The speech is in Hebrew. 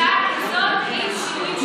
הצעה כזאת עם שינויים,